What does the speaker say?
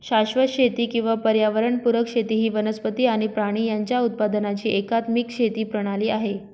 शाश्वत शेती किंवा पर्यावरण पुरक शेती ही वनस्पती आणि प्राणी यांच्या उत्पादनाची एकात्मिक शेती प्रणाली आहे